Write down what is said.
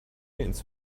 ins